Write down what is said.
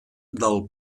del